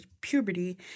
puberty